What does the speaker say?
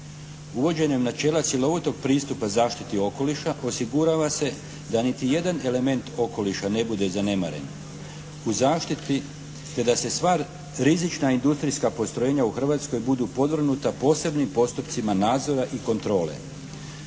Uvođenjem načela cjelovitog pristupa zaštiti okoliša osigurava se da niti jedan element okoliša ne bude zanemaren u zaštiti te da se sva rizična industrijska postrojenja u Hrvatskoj budu podvrgnuta posebnim postupcima nadzora i kontrole.